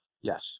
yes